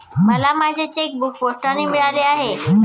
मला माझे चेकबूक पोस्टाने मिळाले आहे